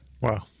Wow